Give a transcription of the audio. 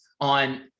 on